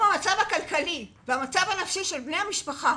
המצב הכלכלי והמצב הנפשי היום של בני המשפחה